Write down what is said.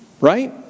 Right